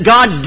God